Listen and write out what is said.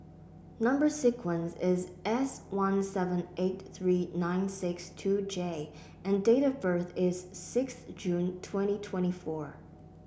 number sequence is S one seven eight three nine six two J and date of birth is six June twenty twenty four